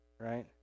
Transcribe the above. right